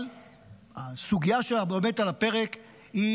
אבל הסוגיה שבאמת על הפרק היא